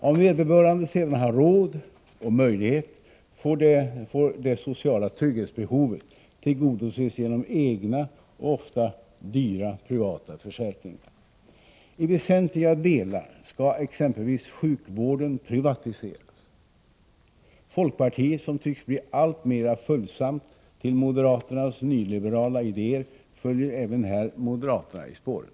Om vederbörande sedan har råd och möjighet får det sociala trygghetsbehovet tillgodoses genom egna och ofta dyra privata försäkringar. I väsentliga delar skall exempelvis sjukvården privatiseras. Folkpartiet, som tycks bli alltmera följsamt till moderaternas nyliberala idéer, följer även här moderaterna i spåren.